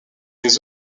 les